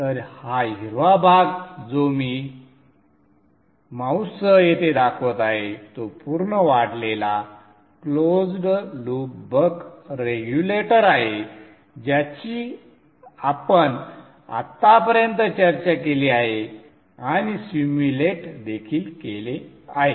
तर हा हिरवा भाग जो मी माऊससह येथे दाखवत आहे तो पूर्ण वाढलेला संदर्भ वेळ 2837 क्लोज्ड लूप बक रेग्युलेटर आहे ज्याची आपण आत्तापर्यंत चर्चा केली आहे आणि सिम्युलेट देखील केले आहे